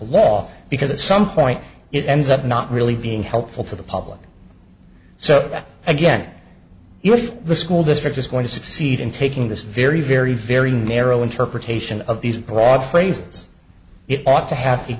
law because at some point it ends up not really being helpful to the public so that again if the school district is going to succeed in taking this very very very narrow interpretation of these broad phrases it ought to have